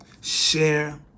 share